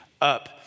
up